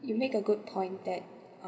you make a good point that